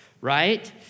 right